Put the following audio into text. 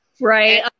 Right